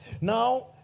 Now